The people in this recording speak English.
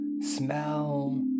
smell